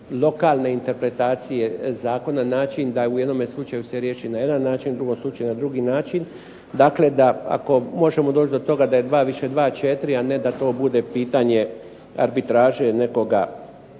lokalne interpretacije zakona, način da u jednome slučaju se riješi na jedan način, u drugom slučaju na drugi način. Dakle da, ako možemo doći do toga da je dva više dva četiri, a ne da to bude pitanje arbitraže nekoga tko